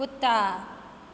कुत्ता